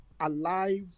alive